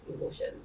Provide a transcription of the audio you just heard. emotion